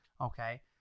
Okay